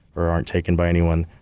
or aren't taken by anyone.